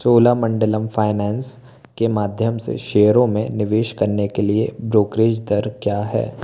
Cholamandalam finance के माध्यम से शेयरों में निवेश करने के लिए ब्रोकरेज दर क्या है